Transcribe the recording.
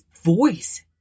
voice